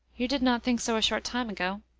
you did not think so a short time ago.